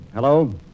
Hello